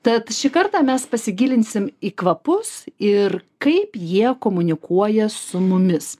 tad šį kartą mes pasigilinsim į kvapus ir kaip jie komunikuoja su mumis